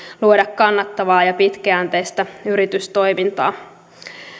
luoda kannattavaa ja pitkäjänteistä yritystoimintaa